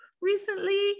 recently